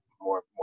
more